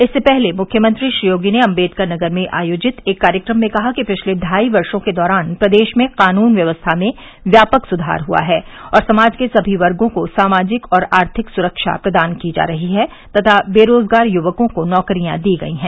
इससे पहले मुख्यमंत्री श्री योगी ने अन्बेडकर नगर में आयोजित एक कार्यक्रम में कहा कि पिछले ढाई वर्षो के दौरान प्रदेश में कानून व्यवस्था में व्यापक सुधार हुआ है और समाज के समी वर्गो को सामाजिक और आर्थिक सुरक्षा प्रदान की जा रही है तथा बेरोज़गार युवकों को नौकरियां दी गई हैं